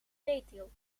veeteelt